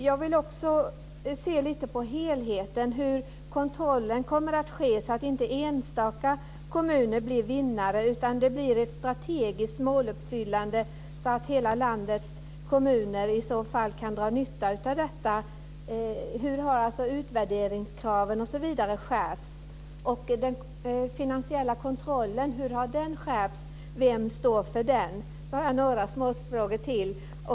Jag vill också se lite på helheten, hur kontrollen kommer att ske, så att inte enstaka kommuner blir vinnare utan ett strategiskt måluppfyllande och att hela landets kommuner i så fall kan dra nytta av detta. Hur har utvärderingskraven osv. skärpts? Hur har den finansiella kontrollen skärpts? Vem står för den? Jag har några små frågor till.